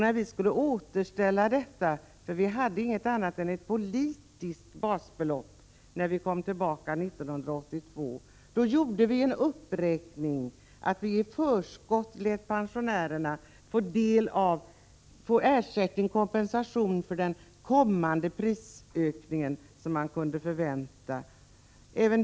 När vi kom tillbaka i regeringsställning 1982 och skulle återställa basbeloppet — vi hade då nämligen inget annat än ett politiskt basbelopp — gjorde vi en uppräkning och lät pensionärerna i förskott få kompensation för den prisökning som kunde förväntas.